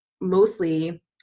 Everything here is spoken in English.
mostly